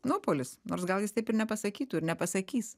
nuopuolis nors gal jis taip ir nepasakytų ir nepasakys